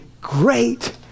great